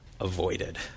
avoided